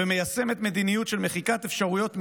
ומיישמת מדיניות של מחיקת אפשרויות מחיה,